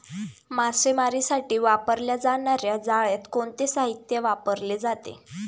मासेमारीसाठी वापरल्या जाणार्या जाळ्यात कोणते साहित्य वापरले जाते?